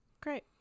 great